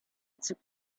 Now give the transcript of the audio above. took